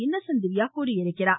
Innocent Divya தெரிவித்துள்ளார்